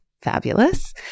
fabulous